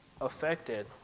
affected